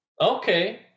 okay